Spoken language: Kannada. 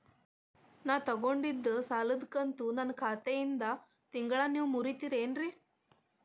ನಾ ತೊಗೊಂಡಿದ್ದ ಸಾಲದ ಕಂತು ನನ್ನ ಖಾತೆಯಿಂದ ತಿಂಗಳಾ ನೇವ್ ಮುರೇತೇರೇನ್ರೇ?